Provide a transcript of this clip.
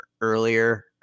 earlier